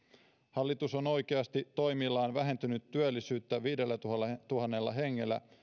hallitus on oikeasti toimillaan vähentänyt työllisyyttä viidellätuhannella hengellä